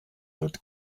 wird